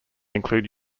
include